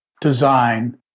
design